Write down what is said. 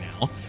now